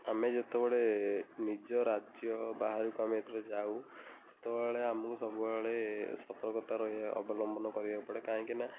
ଆମେ ଯେତେବେଳେ ନିଜ ରାଜ୍ୟ ବାହାରକୁ ଆମେ ଯେତେବେଳେ ଯାଉ ସେତେବେଳେ ଆମକୁ ସବୁବେଳେ ସତର୍କତା ରହି ଅବଲମ୍ବନ କରିବାକୁ ପଡ଼େ କାହିଁକି ନା